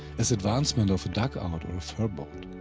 as advancement of a dug-out or a fur boat.